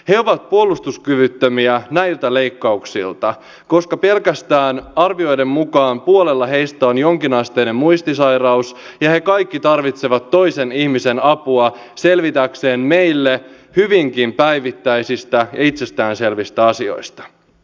he ovat puolustuskyvyttömiä näiltä leikkauksilta koska pelkästään arvioiden mukaan puolella heistä on jonkinasteinen muistisairaus ja he kaikki tarvitsevat toisen ihmisen apua selvitäkseen meille hyvinkin päivittäisistä ja itsestään selvistä asioista